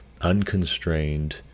unconstrained